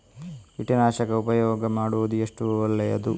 ಕೀಟನಾಶಕ ಉಪಯೋಗ ಮಾಡುವುದು ಎಷ್ಟು ಒಳ್ಳೆಯದು?